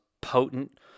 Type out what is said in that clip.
potent